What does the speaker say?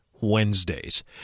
Wednesdays